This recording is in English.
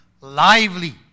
lively